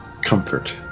comfort